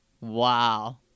Wow